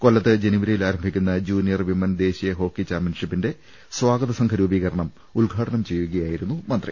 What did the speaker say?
കൊല്ലത്ത് ജനുവരിയിൽ ആരംഭിക്കുന്ന ജൂനിയർ വിമൻ ദേശീയ ഹോക്കി ചാമ്പ്യൻഷിപ്പിന്റെ സ്വാഗതസംഘ രൂപീകരണം ഉദ്ഘാടനം ചെയ്യുകയാ യിരുന്നു മന്ത്രി